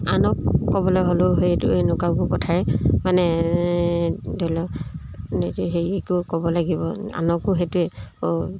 আনক ক'বলৈ হ'লেও সেইটো এনেকুৱাবোৰ কথাই মানে ধৰি লওক হেৰি একো ক'ব লাগিব আনকো সেইটোৱে ও